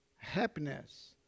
Happiness